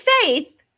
faith